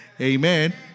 Amen